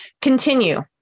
continue